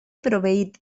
proveït